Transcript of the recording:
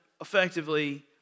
effectively